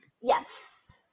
Yes